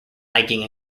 hiking